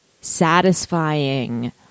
satisfying